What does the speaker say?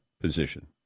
position